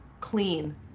Clean